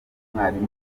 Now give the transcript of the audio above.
umwarimu